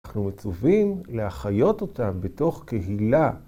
אנחנו מצווים להחיות אותם בתוך קהילה.